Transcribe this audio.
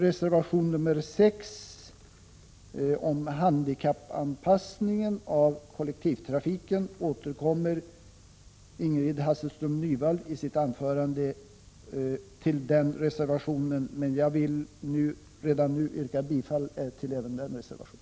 Reservation nr 6, om handikappanpassningen av kollektivtrafiken, kommer Ingrid Hasselström Nyvall att tala om i sitt anförande, men jag vill redan nu yrka bifall även till denna reservation.